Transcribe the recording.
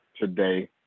today